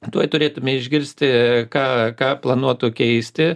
tuoj turėtume išgirsti ką ką planuotų keisti